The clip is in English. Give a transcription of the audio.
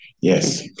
Yes